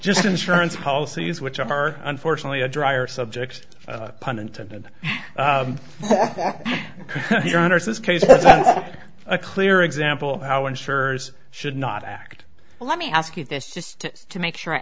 just insurance policies which are unfortunately a drier subject pun intended for your honour's this case is a clear example of how insurers should not act well let me ask you this just to make sure i